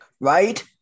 Right